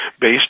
based